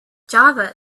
java